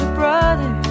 brother